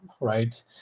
right